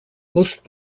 most